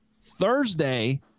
Thursday